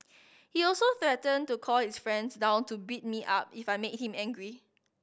he also threatened to call his friends down to beat me up if I made him angry